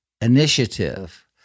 initiative